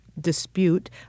dispute